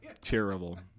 Terrible